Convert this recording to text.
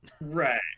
Right